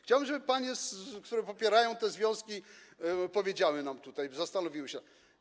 Chciałbym, żeby panie, które popierają te związki, odpowiedziały nam tutaj, zastanowiły się.